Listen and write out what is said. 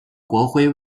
国徽